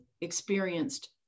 experienced